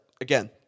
again